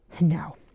No